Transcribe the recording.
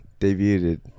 debuted